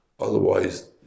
otherwise